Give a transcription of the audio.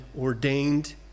ordained